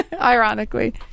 ironically